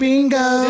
Bingo